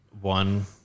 one